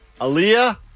Aaliyah